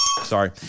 Sorry